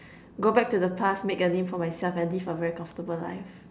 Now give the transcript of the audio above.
go back to the past make a name for myself and live a very comfortable life